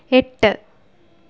എട്ട്